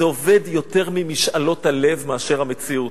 זה עובד יותר ממשאלות הלב מאשר המציאות.